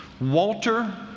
Walter